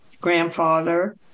grandfather